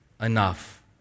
enough